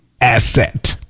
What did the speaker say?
asset